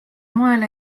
moel